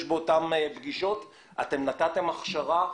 באותן פגישות שבהן אתם נתתם את ההכשרה.